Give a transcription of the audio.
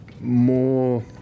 more